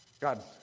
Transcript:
God